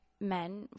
men